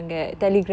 mm